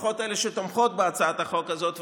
לפחות של אלה שתומכות בהצעת החוק הזאת,